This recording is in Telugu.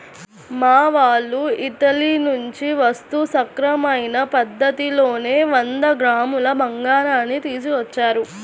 మా వాళ్ళు ఇటలీ నుంచి వస్తూ సక్రమమైన పద్ధతిలోనే వంద గ్రాముల బంగారాన్ని తీసుకొచ్చారు